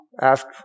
ask